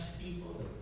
people